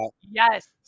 yes